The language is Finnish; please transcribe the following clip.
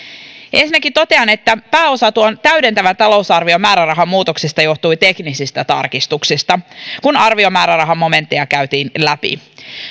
ensinnäkin totean että pääosa täydentävän talousarvion määrärahamuutoksista johtui teknisistä tarkistuksista kun arviomäärärahamomentteja käytiin läpi